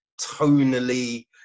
tonally